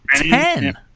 Ten